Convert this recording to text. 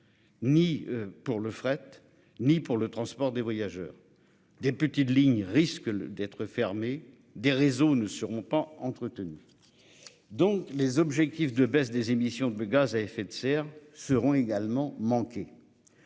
Ni pour le fret, ni pour le transport des voyageurs. Des petites lignes risquent d'être. Des réseaux ne seront pas entretenues. Donc, les objectifs de baisse des émissions de gaz à effet de serre seront également manqué.